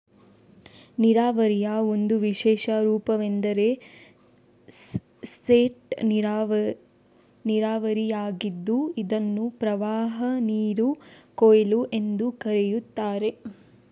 ನೀರಾವರಿಯ ಒಂದು ವಿಶೇಷ ರೂಪವೆಂದರೆ ಸ್ಪೇಟ್ ನೀರಾವರಿಯಾಗಿದ್ದು ಇದನ್ನು ಪ್ರವಾಹನೀರು ಕೊಯ್ಲು ಎಂದೂ ಕರೆಯುತ್ತಾರೆ